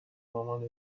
مامان